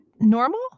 normal